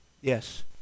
yes